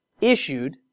issued